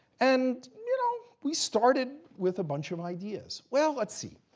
and you know we started with a bunch of ideas. well, let's see,